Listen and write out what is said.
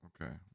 okay